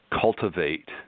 cultivate